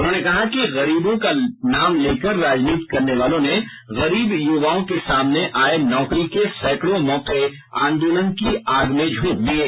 उन्होंने कहा कि गरीबों का नाम लेकर राजनीति करने वालों ने गरीब युवाओं के सामने आए नौकरी के सैंकड़ों मौके आंदोलन की आग में झोंक दिये